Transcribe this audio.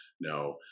no